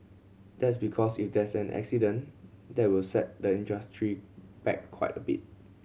that's because if there is an accident that will set the industry back quite a bit